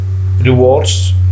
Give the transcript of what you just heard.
rewards